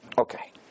Okay